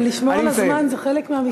אבל לשמור על הזמן זה חלק מהמשמעת.